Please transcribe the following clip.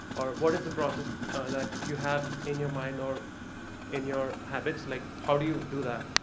or, what is the process that you have in your mind or in your habits? like, how do you do that?